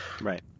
Right